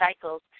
cycles